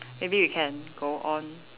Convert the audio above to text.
maybe you can go on